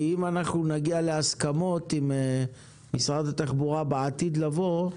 כי אם נגיע להסכמות עם משרד התחבורה בעתיד לבוא,